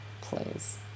Please